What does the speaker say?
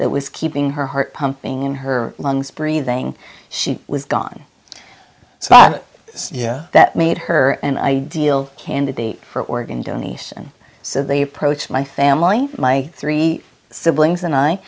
that was keeping her heart pumping in her lungs breathing she was gone so that made her an ideal candidate for organ donation so they approached my family my three siblings and i